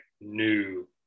new